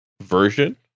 version